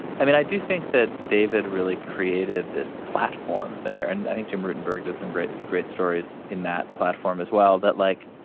i mean, i do think that david really created this platform there. and i think jim rutenberg did some great great stories in that platform as well. that, like,